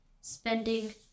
spending